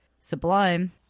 sublime